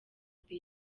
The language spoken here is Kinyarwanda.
the